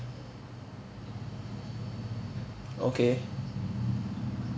okay